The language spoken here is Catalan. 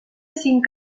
cinc